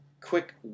quick